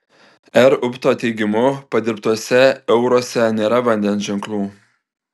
r upto teigimu padirbtuose euruose nėra vandens ženklų